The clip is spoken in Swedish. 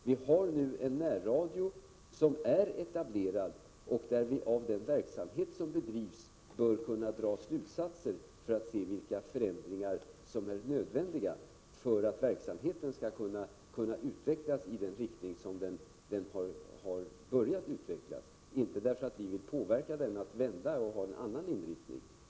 Vi har nu en närradio som är etablerad, och av den verksamhet som bedrivs bör vi kunna dra slutsatser om vilka förändringar som är nödvändiga för att verksamheten skall kunna utvecklas i den riktning den redan har börjat utvecklas i — inte för att verksamheten skall få en annan inriktning.